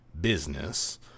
business